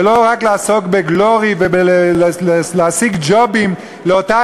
ולא לעסוק רק ב-glory ולהשיג ג'ובים לאותה